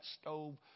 stove